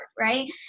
right